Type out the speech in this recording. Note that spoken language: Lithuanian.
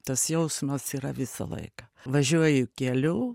tas jausmas yra visą laiką važiuoji keliu